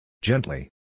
Gently